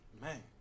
man